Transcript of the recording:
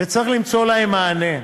וצריך למצוא להם מענה,